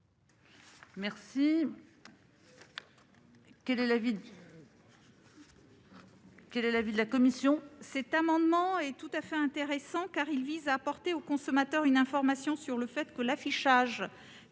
Quel est l'avis de la commission ?